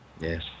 yes